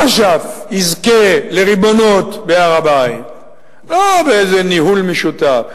אש"ף יזכה לריבונות בהר-הבית לא באיזה ניהול משותף,